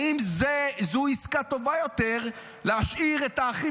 האם זו עסקה טובה יותר להשאיר את האחים